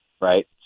right